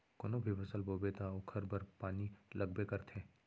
कोनो भी फसल बोबे त ओखर बर पानी लगबे करथे